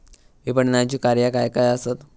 विपणनाची कार्या काय काय आसत?